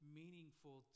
meaningful